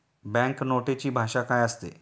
Bank नोटेची भाषा काय असते?